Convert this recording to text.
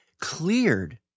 cleared